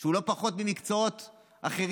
הוא לא פחות ממקצועות אחרים,